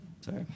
Sorry